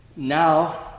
Now